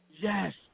Yes